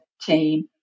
team